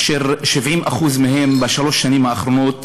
אשר 70% מהם הפסידו בשלוש השנים האחרונות